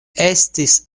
estis